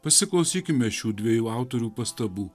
pasiklausykime šių dviejų autorių pastabų